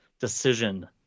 decision